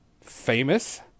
famous